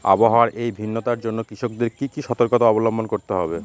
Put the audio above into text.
আবহাওয়ার এই ভিন্নতার জন্য কৃষকদের কি কি সর্তকতা অবলম্বন করতে হবে?